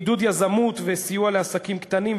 עידוד יזמות וסיוע לעסקים קטנים,